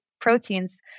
proteins